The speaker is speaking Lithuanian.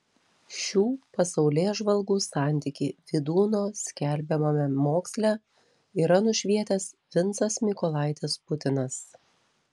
šių pasaulėžvalgų santykį vydūno skelbiamame moksle yra nušvietęs vincas mykolaitis putinas